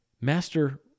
Master